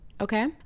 okay